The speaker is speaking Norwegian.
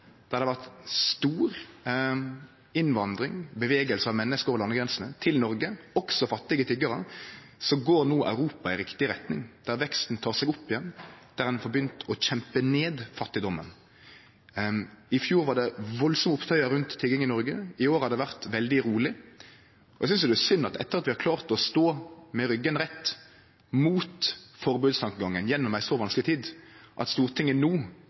der det har vore stor innvandring, bevegelse av menneske over landegrensene, til Noreg, også fattige tiggarar, går Europa no i riktig retning, der veksten tek seg opp igjen, der ein får begynt å kjempe ned fattigdommen. I fjor var det valdsame opptøyar rundt tigging i Noreg, i år har det vore veldig roleg. Eg synest det er synd, etter at vi har klart å stå med ryggen rett mot forbodstankegangen gjennom ei så vanskeleg tid, at Stortinget no